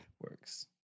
works